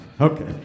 Okay